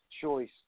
choice